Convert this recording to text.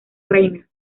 reina